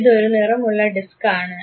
ഇതൊരു നിറമുള്ള ഡിസ്ക് ആണ്